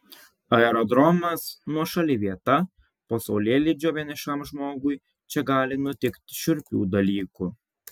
aerodromas nuošali vieta po saulėlydžio vienišam žmogui čia gali nutikti šiurpių dalykų